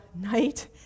night